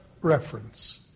reference